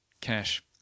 cash